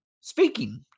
speaking